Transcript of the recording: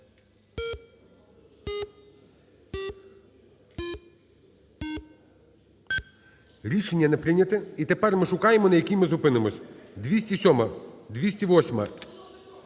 Рішення не прийнято. І тепер ми шукаємо, на які ми зупинимось. 207-а.